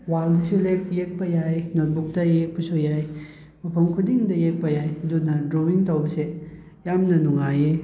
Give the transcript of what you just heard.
ꯋꯥꯜꯗꯁꯨ ꯌꯦꯛꯄ ꯌꯥꯏ ꯅꯣꯠꯕꯨꯛꯇ ꯌꯦꯛꯄꯁꯨ ꯌꯥꯏ ꯃꯐꯝ ꯈꯨꯗꯤꯡꯗ ꯌꯦꯛꯄ ꯌꯥꯏ ꯑꯗꯨꯅ ꯗ꯭ꯔꯣꯋꯤꯡ ꯇꯧꯕꯁꯦ ꯌꯥꯝꯅ ꯅꯨꯡꯉꯥꯏꯑꯦ